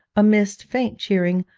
amidst faint cheering,